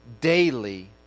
daily